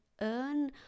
earn